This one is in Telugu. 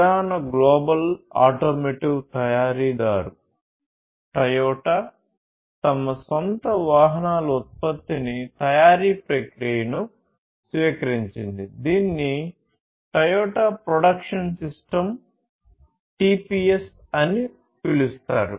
ప్రధాన గ్లోబల్ ఆటోమోటివ్ తయారీదారు టయోటా తమ సొంత వాహనాల ఉత్పత్తిని తయారీ ప్రక్రియను స్వీకరించింది దీనిని టయోటా ప్రొడక్షన్ సిస్టమ్ టిపిఎస్ అని పిలుస్తారు